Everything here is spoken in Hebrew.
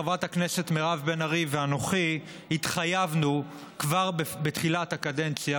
חברת הכנסת מירב בן ארי ואנוכי התחייבנו כבר בתחילת הקדנציה